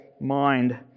mind